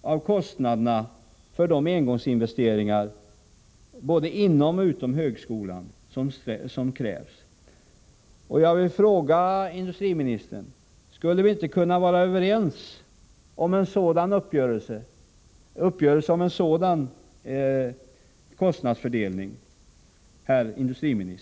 av kostnaderna för de engångsinvesteringar både inom och utom högskolan som krävs. Jag vill fråga industriministern om vi inte skulle kunna vara överens om att en uppgörelse om en sådan kostnadsfördelning vore rimlig.